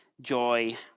joy